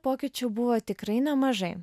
pokyčių buvo tikrai nemažai